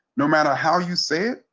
no matter how you say it,